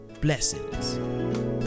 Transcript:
Blessings